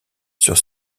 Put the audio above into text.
sur